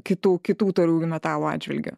kitų kitų tauriųjų metalų atžvilgiu